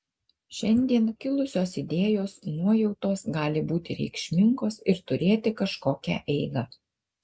šiandien kilusios idėjos nuojautos gali būti reikšmingos ir turėti kažkokią eigą